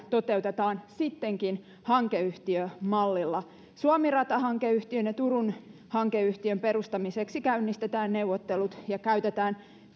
toteutetaan sittenkin hankeyhtiömallilla suomi ratahankeyhtiön ja turun hankeyhtiön perustamiseksi käynnistetään neuvottelut ja käytetään